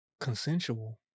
consensual